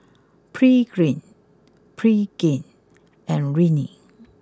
Pregain Pregain and Rene